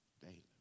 Daily